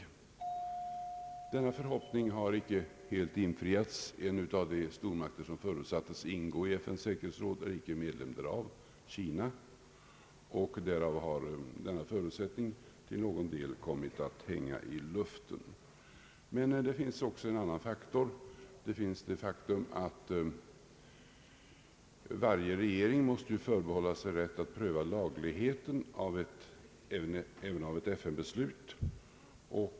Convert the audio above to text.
Denna förhoppning har icke helt infriats. En av de stormakter som förutsattes ingå i FN:s säkerhetsråd — Kina — är icke medlem av detta, och med anledning därav har denna förutsättning till någon del kommit att hänga i luften. Men det finns också en annan faktor, och det är det faktum att varje regering måste förbehålla sig rätten att pröva lagligheten även av ett FN-beslut.